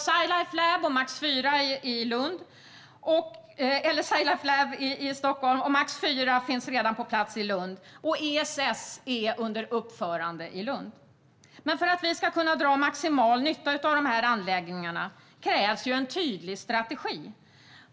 Sci Life Lab i Stockholm och MAX IV i Lund finns redan på plats, och ESS är under uppförande i Lund. Men för att kunna dra maximal nytta av dessa anläggningar krävs en tydlig strategi.